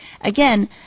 Again